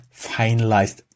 finalized